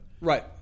Right